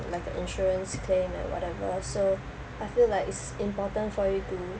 like an insurance claim or whatever so I feel like it's important for you to